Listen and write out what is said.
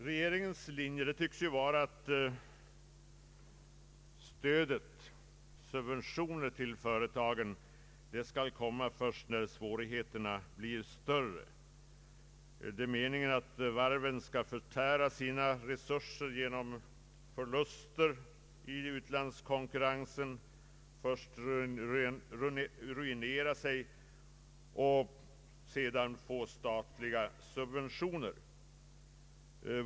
Regeringens linje tycks vara att stöd i form av subventioner till företagen — skall komma först när svårigheterna har blivit större. Är det meningen att varven skall förtära sina resurser genom förluster i utlandskonkurrensen, först ruinera sig och sedan få statliga subventioner?